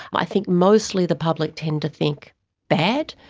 i think mostly the public tend to think bad.